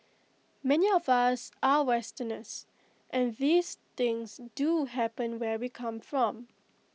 many of us are Westerners and these things do happen where we come from